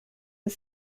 est